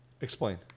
Explain